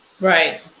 Right